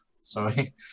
Sorry